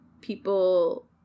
people